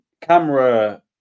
Camera